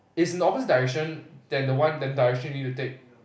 it's in the opposite direction than the one that direction you need to take